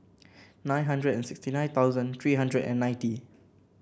nine hundred and sixty nine thousand three hundred and ninety